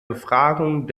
befragung